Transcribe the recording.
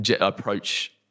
approach